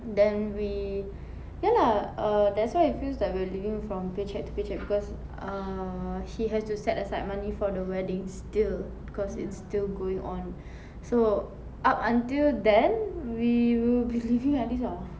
then we ya lah err that's why it feels like we're living from paycheck to paycheck because err he has to set aside money for the wedding still cause it's still going on so up until then we will be living like this ah